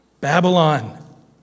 Babylon